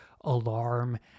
alarm